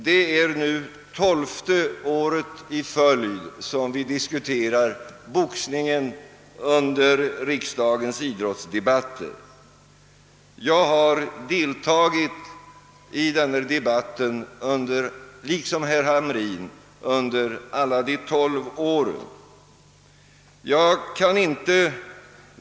Det är nu tolfte året i fölid som vi diskuterar boxningen under riksdagens idrottsdebatter. Liksom herr Hamrin i Jönköping har jag deltagit i denna debatt under alla de tolv åren.